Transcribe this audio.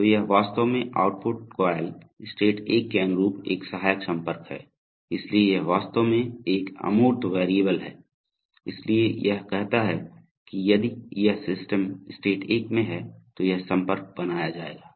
तो यह वास्तव में आउटपुट कॉइल स्टेट 1 के अनुरूप एक सहायक संपर्क है इसलिए यह वास्तव में एक अमूर्त वेरिएबल है इसलिए यह कहता है कि यदि यह सिस्टम स्टेट 1 में है तो यह संपर्क बनाया जाएगा